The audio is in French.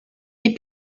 est